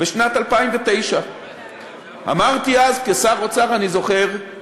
בשנת 2009. אמרתי אז, כשר האוצר, אני זוכר,